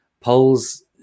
polls